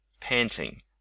panting